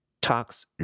talks